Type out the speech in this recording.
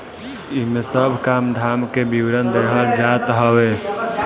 इमे सब काम धाम के विवरण देहल जात हवे